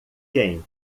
quem